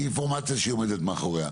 היא אינפורמציה שהיא עומדת מאחוריה.